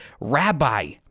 Rabbi